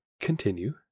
continue